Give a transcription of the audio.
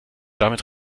damit